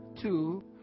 two